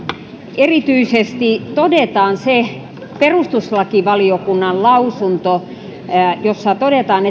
erityisesti todetaan se perustuslakivaliokunnan lausunto jossa todetaan